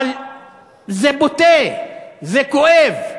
אבל זה בוטה, זה כואב.